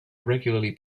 regularly